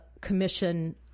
commission